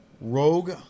Rogue